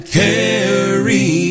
carry